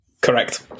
Correct